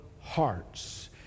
hearts